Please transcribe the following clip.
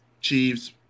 Chiefs